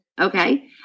okay